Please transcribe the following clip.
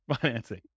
financing